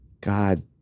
God